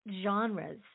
genres